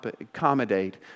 accommodate